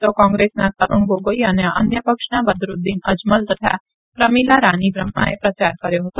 તો કોંગ્રેસના તરૂણ ગોગોઈ ને ન્ય પક્ષના બદરૂદીન મલ તથા પ્રમીલા રાની બ્રહ્માએ પ્રચાર કર્યો હતો